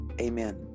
Amen